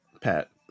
Pat